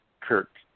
Kirk